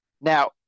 Now